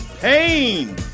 pain